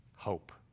Hope